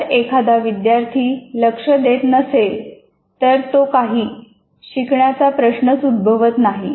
जर एखादा विद्यार्थी लक्ष देत नसेल तर तो काही शिकण्याचा प्रश्नच उद्भवत नाही